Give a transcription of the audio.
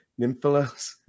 Nymphalos